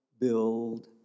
build